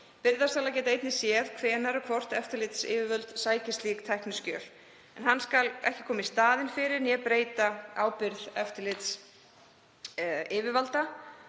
Birgðasalar geta einnig séð hvenær og hvort eftirlitsyfirvöld sæki slík tækniskjöl en gagnagrunnurinn skal hvorki koma í staðinn fyrir né breyta ábyrgð eftirlitsyfirvalda.